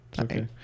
Okay